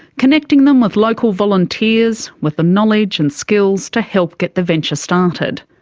connecting them with local volunteers with the knowledge and skills to help get the venture started.